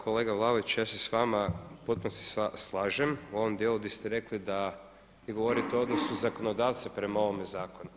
Kolega Vlaović ja se s vama u potpunosti slažem u ovom dijelu da ste rekli da vi govorite o odnosu zakonodavca prema ovome zakonu.